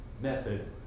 method